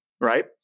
right